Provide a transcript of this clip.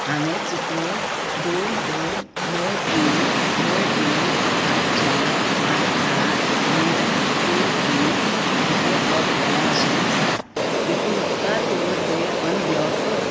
हांवें चुकून दोन दोन णव तीन णव एक आठ चार पांच सात णव तीन तीन खातें ब्लॉक केलां अशें दिसता देखून उपकार करून तें अनब्लॉक कर